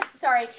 sorry